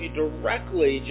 directly